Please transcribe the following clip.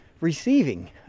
receiving